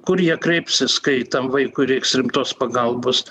kur jie kreipsis kai tam vaikui reiks rimtos pagalbos